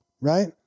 right